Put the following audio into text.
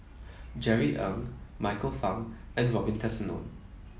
Jerry Ng Michael Fam and Robin Tessensohn